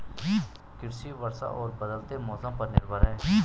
कृषि वर्षा और बदलते मौसम पर निर्भर है